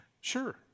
Sure